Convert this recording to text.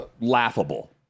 laughable